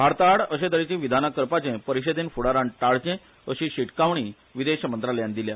भारताआड अशे तरेची विधाना करपाचे परिषदेन फुडारान टाळचे अशी शिटकावणीय विदेश मंत्रालयान दिल्या